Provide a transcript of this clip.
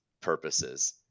purposes